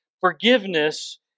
forgiveness